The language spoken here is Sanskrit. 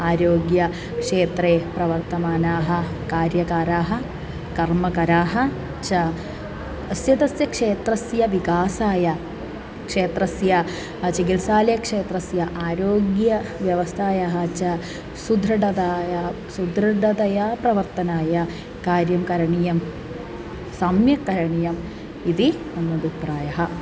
आरोग्य क्षेत्रे प्रवर्तमानाः कार्यकाराः कर्मकराः च अस्य तस्य क्षेत्रस्य विकासाय क्षेत्रस्य चिकित्सालयक्षेत्रस्य आरोग्यव्यवस्थायाः च सुदृढताय सुदृढतया प्रवर्तनाय कार्यं करणीयं सम्यक् करणीयम् इति मम अभिप्रायः